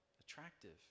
attractive